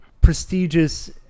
prestigious